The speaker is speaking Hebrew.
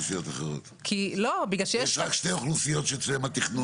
יש רק שתי אוכלוסיות שאצלן התכנון הוא שונה.